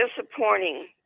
disappointing